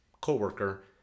co-worker